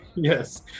yes